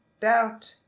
doubt